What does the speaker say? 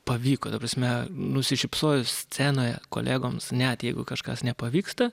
pavyko ta prasme nusišypsojus scenoje kolegoms net jeigu kažkas nepavyksta